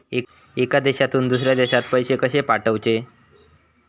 एका देशातून दुसऱ्या देशात पैसे कशे पाठवचे?